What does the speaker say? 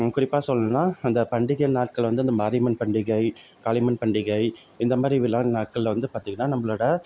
குறிப்பாக சொல்லணுன்னா அந்த பண்டிகை நாட்கள் வந்து அந்த மாரியம்மன் பண்டிகை காளியம்மன் பண்டிகை இந்தமாதிரி விழா நாட்களில் வந்து பார்த்திங்கன்னா நம்மளோட